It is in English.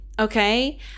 Okay